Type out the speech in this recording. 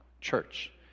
church